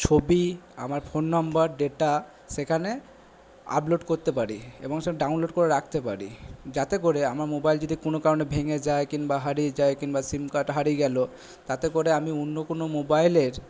ছবি আমার phone number data সেখানে আপলোড করতে পারি এবং সব ডাউনলোড করে রাখতে পারি যাতে করে আমার মোবাইল যদি কোনো কারণে ভেঙে যায় কিংবা হারিয়ে যায় কিংবা সিম কার্ডটা হারিয়ে গেলো তাতে করে আমি অন্য কোনো মোবাইলের